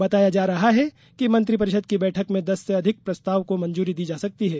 बताया जा रहा है कि मंत्रिपरिषद की बैठक में दस से अधिक प्रस्ताव को मंजूरी दी जा सकती है